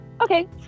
Okay